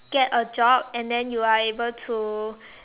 get a job and then you are able to